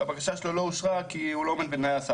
והבקשה שלו לא אושרה כי הוא לא עומד בתנאי הסף,